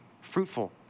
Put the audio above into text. fruitful